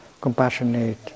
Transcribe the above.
compassionate